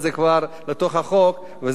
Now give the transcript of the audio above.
ישליך גם על היטלי ההשבחה,